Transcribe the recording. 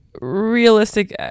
realistic